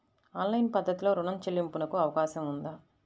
Online పద్ధతిలో రుణ చెల్లింపునకు అవకాశం ఉందా?